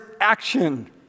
action